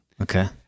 Okay